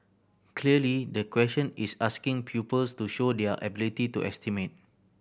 clearly the question is asking pupils to show their ability to estimate